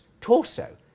torso